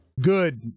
Good